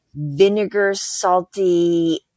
vinegar-salty